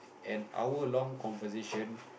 an hour long conversation